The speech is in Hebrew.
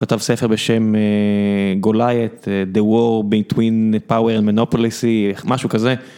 כתב ספר בשם גולייט, The War Between Power and Monopoly, משהו כזה.